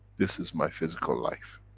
this is my physical life.